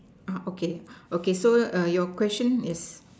ah okay okay so err your question is